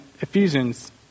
Ephesians